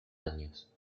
años